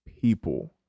people